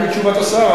אני בתשובת השר,